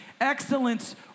excellence